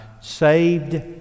saved